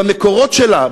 במקורות שלה,